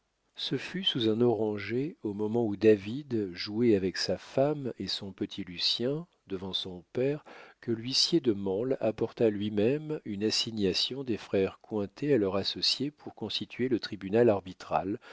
ce fut sous un oranger au moment où david jouait avec sa femme et son petit lucien devant son père que l'huissier de mansle apporta lui-même une assignation des frères cointet à leur associé pour constituer le tribunal arbitral